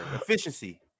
Efficiency